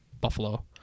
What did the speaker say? buffalo